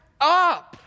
up